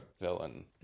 villain